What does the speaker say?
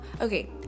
okay